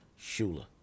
Shula